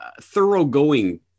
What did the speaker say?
thoroughgoing